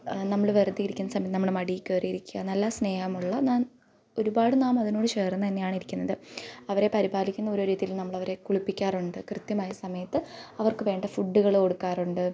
നമ്മൾ വെറുതെ ഇരിക്കുന്ന സമയം നമ്മളുടെ മടിയിൽ കയറി ഇരിക്കുക നല്ല സ്നേഹമുള്ള ന ഒരുപാട് നാം അതിനോട് ചേർന്ന് തന്നെയാണ് ഇരിക്കുന്നത് അവരെ പരിപാലിക്കുന്നൊരു രീതിയിൽ നമ്മളവരെ കുളിപ്പിക്കാറുണ്ട് കൃത്യമായ സമയത്ത് അവർക്ക് വേണ്ട ഫുഡുകൾ കൊടുക്കാറുണ്ട്